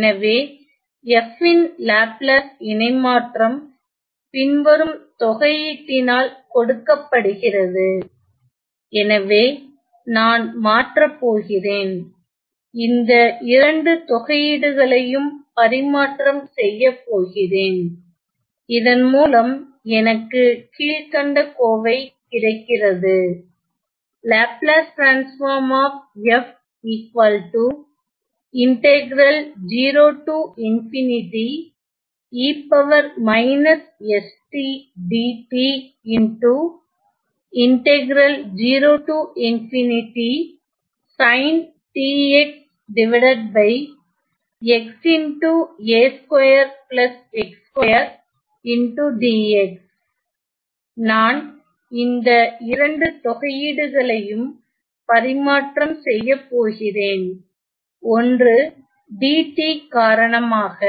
எனவே f ன் Laplace இணைமாற்றம் பின்வரும் தொகை ஈட்டினால் கொடுக்கப்படுகிறது எனவே நான் மாற்ற போகிறேன் இந்த இரண்டு தொகையீடுகளையும் பரிமாற்றம் செய்யப்போகிறேன் இதன்மூலம் எனக்கு கீழ்கண்ட கோவை கிடைக்கிறது நான் இந்த இரண்டு தொகையீடுகளையும் பரிமாற்றம் செய்யப்போகிறேன் ஒன்று dt காரணமாக